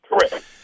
Correct